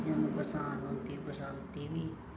जियां बरसांत होंदी बरसांती बी